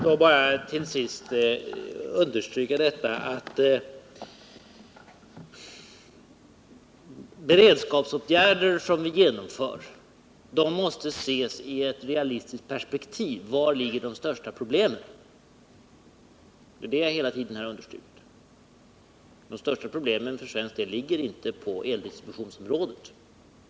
Herr talman! Jag vill bara till sist understryka att beredskapsåtgärder som vi genomför måste ses i ett realistiskt perspektiv: Var ligger de största problemen? Det är det jag hela tiden har betonat. De största problemen för svensk del ligger inte på eldistributionsområdet.